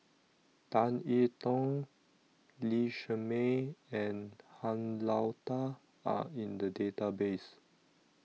Tan I Tong Lee Shermay and Han Lao DA Are in The Database